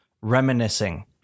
reminiscing